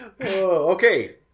Okay